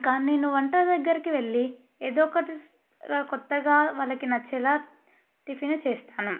ఇంకా నేను వంట దగ్గరకి వెళ్ళి ఏదో ఒకటి కొత్తగా వాళ్ళకి నచ్చేలా టిఫిన్ చేస్తాను